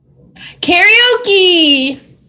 Karaoke